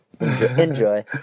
Enjoy